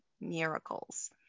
miracles